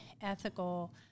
ethical